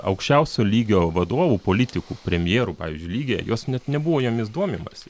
aukščiausio lygio vadovų politikų premjerų pavyzdžiui lygyje jos net nebuvo jomis domimasi